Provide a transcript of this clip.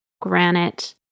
granite